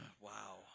Wow